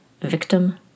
victim